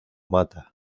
mata